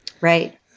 Right